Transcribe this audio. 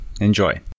Enjoy